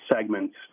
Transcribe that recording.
segments